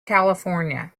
california